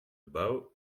bouw